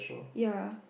ya